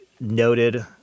noted –